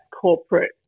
corporate